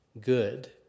good